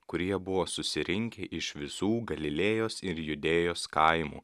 kurie buvo susirinkę iš visų galilėjos ir judėjos kaimų